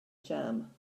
jam